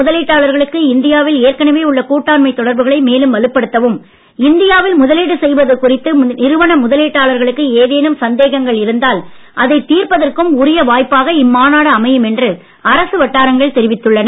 முதலீட்டாளர்களுக்கு இந்தியாவில் ஏற்கனவே உள்ள நிறுவன கூட்டாண்மை தொடர்புகளை மேலும் வலுப்படுத்தவும் இந்தியாவில் முதலீடு செய்வது குறித்து நிறுவன முதலீட்டாளர்களுக்கு ஏதேனும் சந்தேகங்கள் இருந்தால் அதை தீர்ப்பதற்கும் உரிய வாய்ப்பாக இம்மாநாடு அமையும் என்று அரசு வட்டாரங்கள் தெரிவித்துள்ளன